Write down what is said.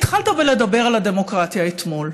התחלת לדבר על הדמוקרטיה אתמול,